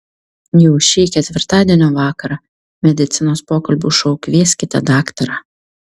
jau šį ketvirtadienio vakarą medicinos pokalbių šou kvieskite daktarą